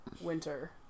winter